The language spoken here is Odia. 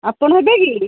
ଆପଣ ହେବେ କି